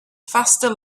faster